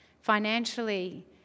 financially